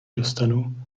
dostanu